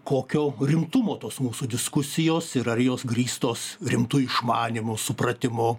kokio rimtumo tos mūsų diskusijos ir ar jos grįstos rimtu išmanymu supratimu